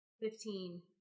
fifteen